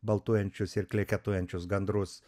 baltuojančius ir kleketuojančius gandrus